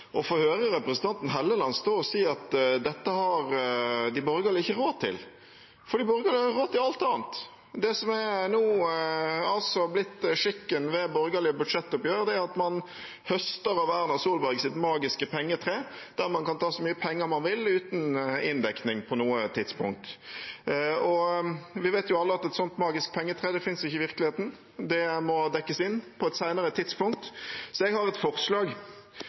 få høre representanten Helleland stå og si at dette har de borgerlige ikke råd til. For de borgerlige har råd til alt annet. Det som nå har blitt skikken ved borgerlige budsjettoppgjør, er at man høster av Erna Solbergs magiske pengetre, der man kan ta så mye penger man vil, uten inndekning på noe tidspunkt. Vi vet jo alle at et slikt magisk pengetre finnes ikke i virkeligheten. Det må dekkes inn på et senere tidspunkt. Jeg har et forslag: